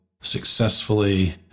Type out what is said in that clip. successfully